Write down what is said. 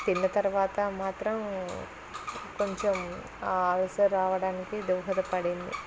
తిన్న తర్వాత మాత్రం కొంచెం అల్సర్ రావడానికి దోహదపడింది